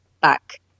back